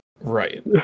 right